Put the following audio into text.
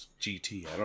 GT